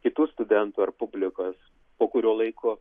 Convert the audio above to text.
kitų studentų ar publikos po kurio laiko